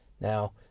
Now